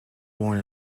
born